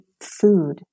food